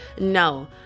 no